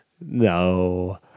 no